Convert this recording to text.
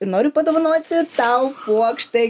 ir noriu padovanoti tau puokštę